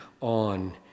on